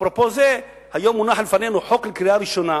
ואפרופו זה, היום מונח לפנינו לקריאה ראשונה